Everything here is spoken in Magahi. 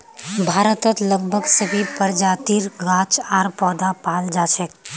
भारतत लगभग सभी प्रजातिर गाछ आर पौधा पाल जा छेक